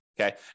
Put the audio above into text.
Okay